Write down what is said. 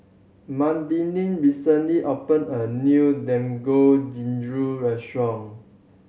Madelynn recently opened a new Dangojiru restaurant